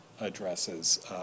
addresses